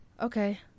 Okay